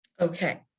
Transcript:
Okay